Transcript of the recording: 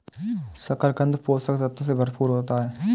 शकरकन्द पोषक तत्वों से भरपूर होता है